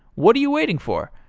what are you waiting for?